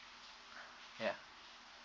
yeah